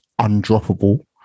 undroppable